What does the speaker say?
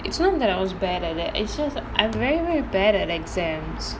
it's not that I was bad at it it's just I'm very very bad at exams